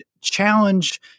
challenge